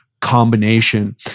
combination